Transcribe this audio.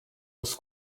was